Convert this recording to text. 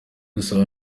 gusaba